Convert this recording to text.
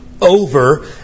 over